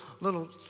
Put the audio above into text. little